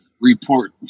report